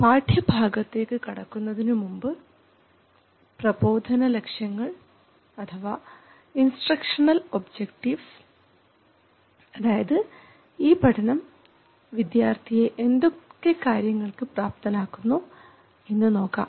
പാഠ്യ ഭാഗത്തേക്ക് കടക്കുന്നതിനു മുൻപ് പ്രബോധന ലക്ഷ്യങ്ങൾ അതായത് ഈ പഠനം വിദ്യാർത്ഥിയെ എന്തൊക്കെ കാര്യങ്ങൾക്ക് പ്രാപ്തനാക്കുന്നു എന്നു നോക്കാം